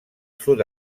sud